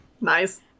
Nice